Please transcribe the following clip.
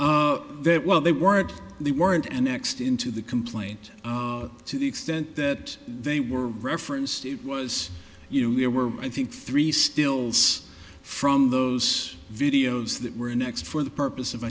that well they weren't they weren't and next into the complaint to the extent that they were referenced it was you know we were i think three stills from those videos that were next for the purpose of